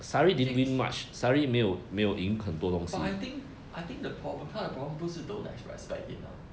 sh~ but I think I think the problem 他的 problem 不是 don't actually respect him eh